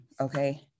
okay